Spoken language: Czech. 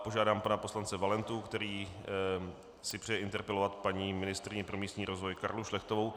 Požádám pana poslance Valentu, který si přeje interpelovat paní ministryni pro místní rozvoj Karlu Šlechtovou.